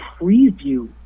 preview